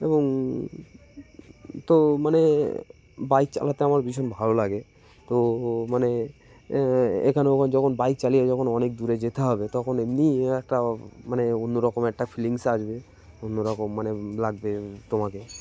এবং তো মানে বাইক চালাতে আমার ভীষণ ভালো লাগে তো মানে এখানে ওখ যখন বাইক চালিয়ে যখন অনেক দূরে যেতে হবে তখন এমনি একটা মানে অন্যরকমের একটা ফিলিংস আসবে অন্যরকম মানে লাগবে তোমাকে